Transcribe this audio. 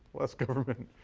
less government.